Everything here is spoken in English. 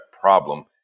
problem